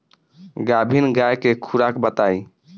गाभिन गाय के खुराक बताई?